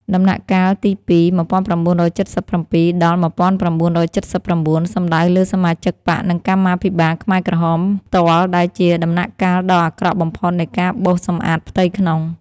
ដំណាក់កាលទីពីរ ១៩៧៧-១៩៧៩ សំដៅលើសមាជិកបក្សនិងកម្មាភិបាលខ្មែរក្រហមផ្ទាល់ដែលជាដំណាក់កាលដ៏អាក្រក់បំផុតនៃការបោសសម្អាតផ្ទៃក្នុង។